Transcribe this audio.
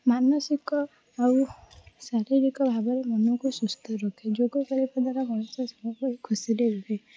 ମାନସିକ ଆଉ ଶାରୀରିକ ଭାବରେ ମନକୁ ସୁସ୍ଥ ରଖେ ଯୋଗ କରିବା ଦ୍ୱାରା ମଣିଷ ସବୁବେଳେ ଖୁସିରେ ରୁହେ